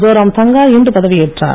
சோராம்தங்கா இன்று பதவி ஏற்றார்